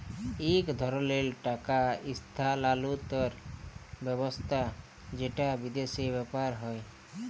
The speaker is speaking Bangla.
ইক ধরলের টাকা ইস্থালাল্তর ব্যবস্থা যেট বিদেশে ব্যাভার হ্যয়